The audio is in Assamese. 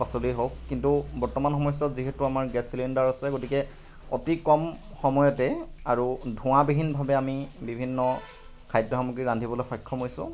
শাক পাচলিয়েই হওক কিন্তু বৰ্তমান সময়ছোৱাত যিহেতু আমাৰ গেছ চিলিণ্ডাৰ আছে গতিকে অতি কম সময়তে আৰু ধোঁৱা বিহীনভাৱে আমি বিভিন্ন খাদ্য় সামগ্ৰী ৰান্ধিবলৈ সক্ষম হৈছোঁ